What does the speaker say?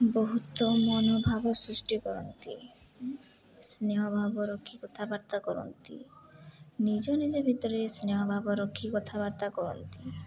ବହୁତ ମନୋଭାବ ସୃଷ୍ଟି କରନ୍ତି ସ୍ନେହ ଭାବ ରଖି କଥାବାର୍ତ୍ତା କରନ୍ତି ନିଜ ନିଜ ଭିତରେ ସ୍ନେହ ଭାବ ରଖି କଥାବାର୍ତ୍ତା କରନ୍ତି